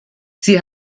sie